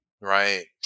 right